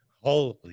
Holy